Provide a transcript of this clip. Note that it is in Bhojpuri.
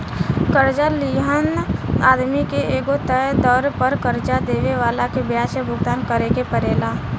कर्जा लिहल आदमी के एगो तय दर पर कर्जा देवे वाला के ब्याज के भुगतान करेके परेला